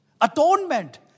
atonement